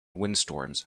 windstorms